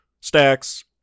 stacks